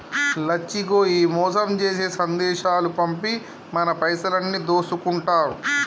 లచ్చిగో ఈ మోసం జేసే సందేశాలు పంపి మన పైసలన్నీ దోసుకుంటారు